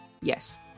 Yes